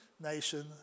nation